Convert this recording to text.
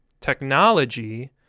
technology